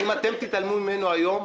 אם אתם תתעלמו ממנו היום,